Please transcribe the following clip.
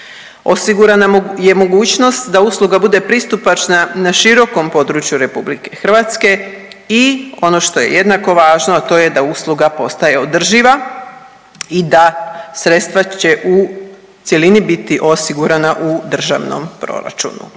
Osigurana je mogućnost da usluga bude pristupačna na širokom području Republike Hrvatske i ono što je jednako važno, a to je da usluga postaje održiva i da sredstva će u cjelini biti osigurana u državnom proračunu.